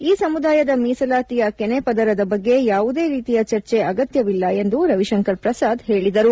ಈ ಸಮುದಾಯದ ಮೀಸಲಾತಿಯ ಕೆನೆಪದರದ ಬಗ್ಗೆ ಯಾವುದೇ ರೀತಿಯ ಚರ್ಚೆ ಅಗತ್ಯವಿಲ್ಲ ಎಂದು ರವಿಶಂಕರ್ ಪ್ರಸಾದ್ ಹೇಳಿದರು